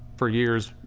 for years,